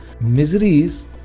miseries